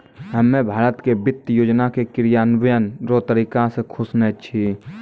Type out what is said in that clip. हम्मे भारत के वित्त योजना के क्रियान्वयन रो तरीका से खुश नै छी